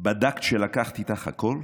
"בדקת שלקחת איתך הכול?